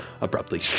abruptly